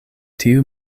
tiu